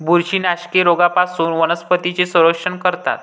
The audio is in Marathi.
बुरशीनाशके रोगांपासून वनस्पतींचे संरक्षण करतात